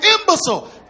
imbecile